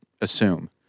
assume